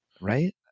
right